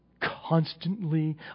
constantly